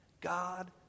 God